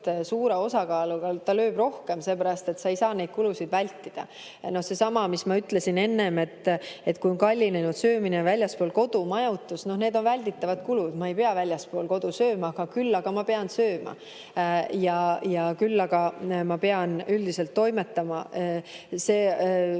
suure osakaaluga, rohkem, sellepärast et sa ei saa neid kulusid vältida. Seesama, mis ma ütlesin enne, et kui on kallinenud söömine väljaspool kodu, majutus, noh, need on välditavad kulud, ma ei pea väljaspool kodu sööma. Küll aga ma pean sööma. Ja ma pean üldiselt toimetama. See on